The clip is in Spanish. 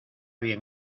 bien